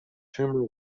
tumor